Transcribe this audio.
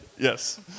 Yes